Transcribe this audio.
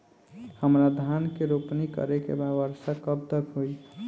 हमरा धान के रोपनी करे के बा वर्षा कब तक होई?